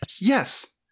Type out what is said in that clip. Yes